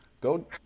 Go